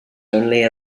only